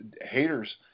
haters